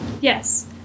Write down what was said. yes